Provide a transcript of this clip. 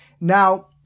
Now